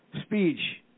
speech